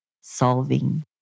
solving